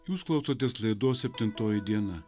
jūs klausotės laidos septintoji diena